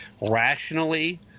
rationally